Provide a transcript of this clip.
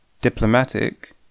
diplomatic